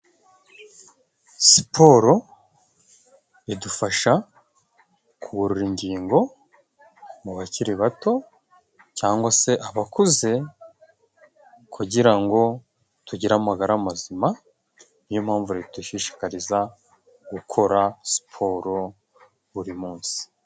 Siporo idufasha kugorora ingingo mu bakiri bato cyangwa se abakuze, kugira ngo tugire amagara mazima. Niyo mpamvu leta idushishikariza gukora siporo buri munsi.